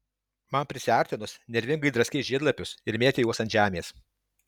man prisiartinus nervingai draskei žiedlapius ir mėtei juos ant žemės